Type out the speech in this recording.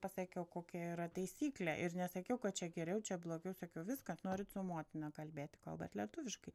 pasakiau kokia yra taisyklė ir nesakiau kad čia geriau čia blogiau sakiau viskas norit su motina kalbėti kalbat lietuviškai